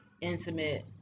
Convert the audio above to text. intimate